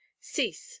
cease